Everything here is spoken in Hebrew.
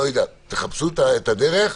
תחפשו את הדרך.